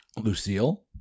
Lucille